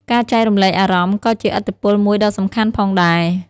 ការចែករំលែកអារម្មណ៍ក៏ជាឥទ្ធិពលមួយដ៏សំខាន់ផងដែរ។